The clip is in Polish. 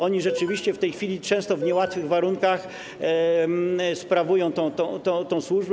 Oni rzeczywiście w tej chwili często w niełatwych warunkach sprawują tę służbę.